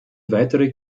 weitere